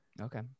Okay